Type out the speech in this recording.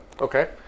Okay